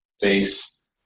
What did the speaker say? space